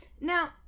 Now